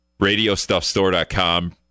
RadioStuffStore.com